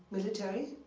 military.